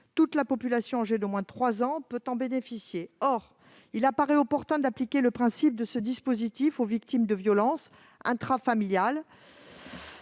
Toute la population âgée d'au moins 3 ans peut en bénéficier ». Or il paraît opportun d'appliquer le principe de ce dispositif aux victimes de violences intrafamiliales.